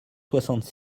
soixante